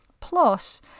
plus